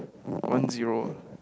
one zero